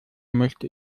möchte